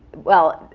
well,